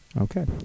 Okay